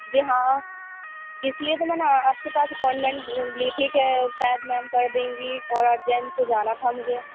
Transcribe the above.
جی ہاں اس لیے تو میں نے آپ کے پاس اپائنمینٹ لی تھی کہ شاید میم کر دیں گی تھوڑا ارجینٹ جانا تھا مجھے